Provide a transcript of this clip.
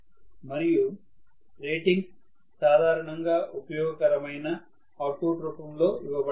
మరియు రేటింగ్స్ సాధారణంగా ఉపయోగకరమైన అవుట్పుట్ రూపంలో ఇవ్వబడతాయి